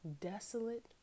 Desolate